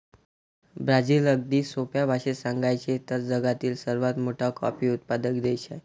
Brazil, अगदी सोप्या भाषेत सांगायचे तर, जगातील सर्वात मोठा कॉफी उत्पादक देश आहे